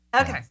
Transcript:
Okay